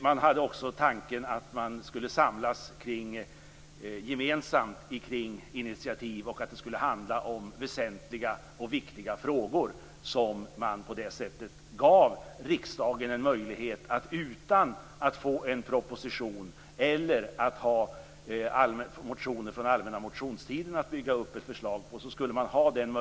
Man hade också tanken att man skulle samlas gemensamt kring initiativ och att det skulle handla om väsentliga och viktiga frågor, som man på det sättet gav riksdagen en möjlighet att ta upp utan att få en proposition eller att ha motioner från allmänna motionstiden att bygga upp ett förslag kring.